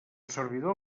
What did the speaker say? servidor